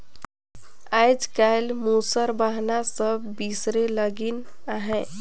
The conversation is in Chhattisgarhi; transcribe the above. आएज काएल मूसर बहना सब बिसरे लगिन अहे